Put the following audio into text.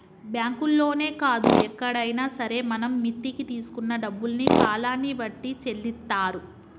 బ్యాంకుల్లోనే కాదు ఎక్కడైనా సరే మనం మిత్తికి తీసుకున్న డబ్బుల్ని కాలాన్ని బట్టి చెల్లిత్తారు